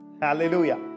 Hallelujah